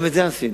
גם את זה עשינו.